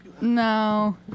No